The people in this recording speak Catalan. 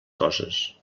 coses